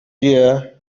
year